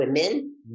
women